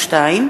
62,